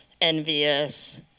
envious